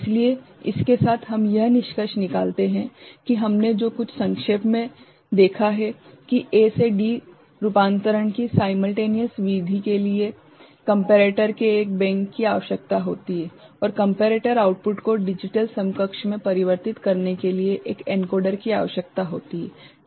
इसलिए इसके साथ हम यह निष्कर्ष निकालते हैं कि हमने जो कुछ संक्षेप में देखा है कि ए से डी रूपांतरण की साइमल्टेनियस विधि के लिए कम्पेरेटर के एक बैंक की आवश्यकता होती है और कम्पेरेटर आउटपुट को डिजिटल समकक्ष मे परिवर्तित करने के लिए एक एनकोडर की आवश्यकता होती है ठीक है